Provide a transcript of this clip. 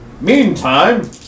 Meantime